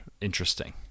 interesting